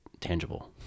tangible